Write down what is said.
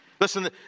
Listen